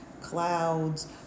clouds